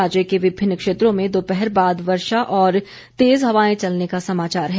राज्य के विभिन्न क्षेत्रों में दोपहर बाद वर्षा और तेज हवाए चलने का समाचार है